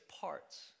parts